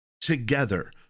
together